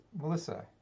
Melissa